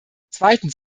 zweitens